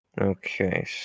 Okay